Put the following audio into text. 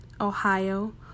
Ohio